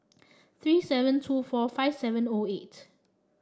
three seven two four five seven O eight